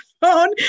phone